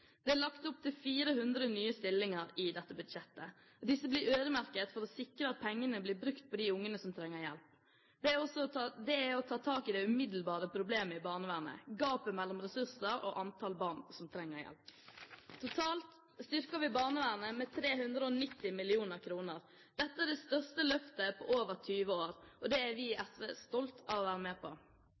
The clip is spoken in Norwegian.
Det er lagt opp til 400 nye stillinger i dette budsjettet. Disse blir øremerket for å sikre at pengene blir brukt på de ungene som trenger hjelp. Dette er å ta tak i det umiddelbare problemet i barnevernet – gapet mellom ressurser og antall barn som trenger hjelp. Totalt styrker vi barnevernet med 390 mill. kr. Dette er det største løftet på over 20 år, og det er vi i SV stolte av å være med på.